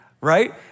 right